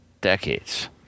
Decades